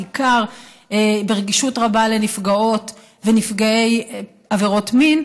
בעיקר ברגישות רבה לנפגעות ונפגעי עבירות מין,